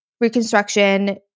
reconstruction